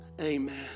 amen